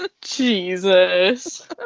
Jesus